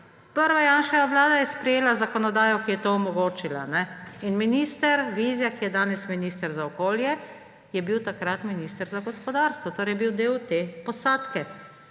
prva Janševa vlada je sprejela zakonodajo, ki je to omogočila. In minister Vizjak, ki je danes minister za okolje, je bil takrat minister za gospodarstvo. Torej je bil del te posadke.